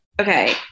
Okay